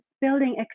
building